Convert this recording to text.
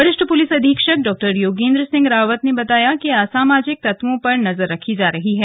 वरिष्ठ प्रलिस अधीक्षक डॉक्टर योगेंद्र सिंह रावत ने बताया कि असामाजिक तत्वों पर नजर रखी जा रही है